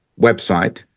website